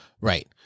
Right